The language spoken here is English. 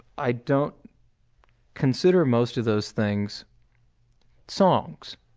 i don't consider most of those things songs.